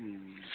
हुँ